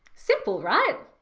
simple, right?